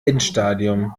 endstadium